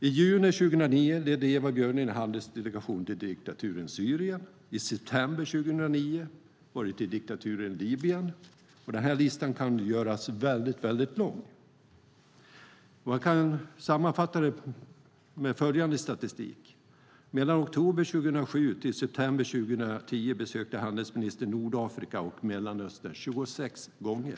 I juni 2009 ledde Ewa Björling en handelsdelegation till diktaturen Syrien. I september 2009 gick resan till diktaturen Libyen. Listan kan göras väldigt lång. Man kan sammanfatta den med följande statistik. Mellan oktober 2007 och september 2010 besökte handelsministern Nordafrika och Mellanöstern 26 gånger.